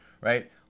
right